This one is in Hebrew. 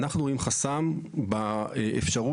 אנחנו רואים חסם באפשרות,